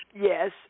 yes